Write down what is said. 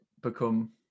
become